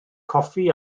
coffi